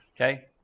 okay